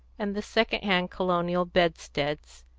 and the second-hand colonial bedsteads,